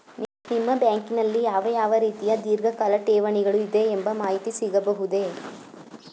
ನಿಮ್ಮ ಬ್ಯಾಂಕಿನಲ್ಲಿ ಯಾವ ಯಾವ ರೀತಿಯ ಧೀರ್ಘಕಾಲ ಠೇವಣಿಗಳು ಇದೆ ಎಂಬ ಮಾಹಿತಿ ಸಿಗಬಹುದೇ?